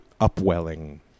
Upwelling